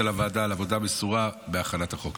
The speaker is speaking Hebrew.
הוועדה על עבודה מסורה בהכנת הצעת החוק.